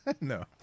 No